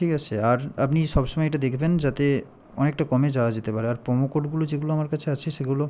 ঠিক আছে আর আপনি সবসময় এটা দেখবেন যাতে অনেকটা কমে যাওয়া যেতে পারে আর প্রোমো কোডগুলো যেগুলো আমার কাছে আছে সেগুলো